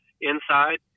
inside